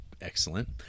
Excellent